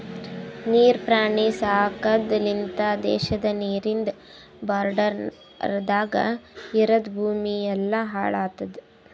ನೀರ್ ಪ್ರಾಣಿ ಸಾಕದ್ ಲಿಂತ್ ದೇಶದ ನೀರಿಂದ್ ಬಾರ್ಡರದಾಗ್ ಇರದ್ ಭೂಮಿ ಎಲ್ಲಾ ಹಾಳ್ ಆತುದ್